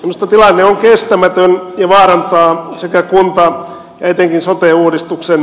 minusta tilanne on kestämätön ja vaarantaa kunta ja etenkin sote uudistuksen